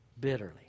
bitterly